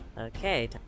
Okay